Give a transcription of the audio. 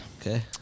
Okay